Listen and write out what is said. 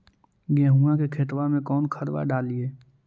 गेहुआ के खेतवा में कौन खदबा डालिए?